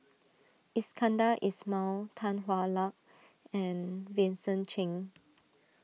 Iskandar Ismail Tan Hwa Luck and Vincent Cheng